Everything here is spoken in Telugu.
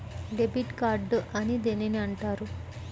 డెబిట్ కార్డు అని దేనిని అంటారు?